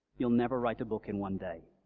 you'll never write a book in one day.